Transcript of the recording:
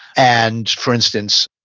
and for instance,